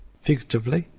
figuratively,